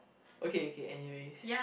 okay okay anyways